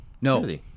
No